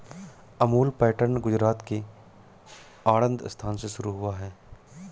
Amul pattern Gujarat के आणंद स्थान से शुरू हुआ है